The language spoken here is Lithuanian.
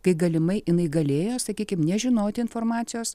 kai galimai jinai galėjo sakykim nežinoti informacijos